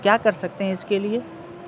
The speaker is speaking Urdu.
کیا کر سکتے ہیں اس کے لیے